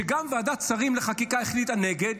שגם ועדת שרים לחקיקה החליטה נגד,